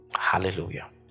hallelujah